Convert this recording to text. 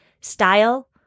style